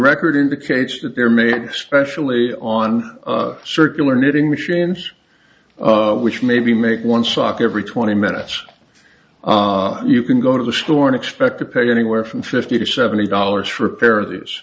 record in the cage that there may be especially on circular knitting machines which maybe make one sock every twenty minutes you can go to the store and expect to pay anywhere from fifty to seventy dollars for a pair of th